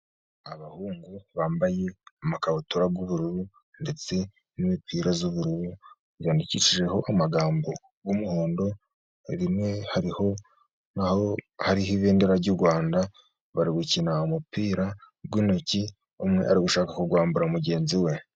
Abahungu bambaye amakabutura y'ubururu ndetse n'imipira y'ubururu, yandikishijeho amagambo y'umuhondo rimwe hariho ibendera ry'u Rwanda bari gukina umupira w'intoki, umwe ari gushaka kuwambura mugenzi we.